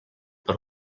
per